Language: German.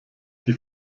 die